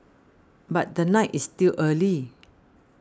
but the night is still early